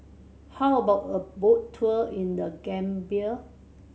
how about a boat tour in The Gambia